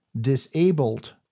disabled